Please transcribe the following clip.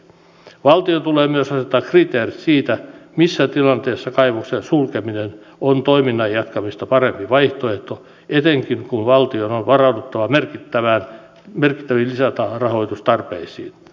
valtion tulee myös asettaa kriteerit siitä missä tilanteessa kaivoksen sulkeminen on toiminnan jatkamista parempi vaihtoehto etenkin kun valtion on varauduttava merkittäviin lisärahoitustarpeisiin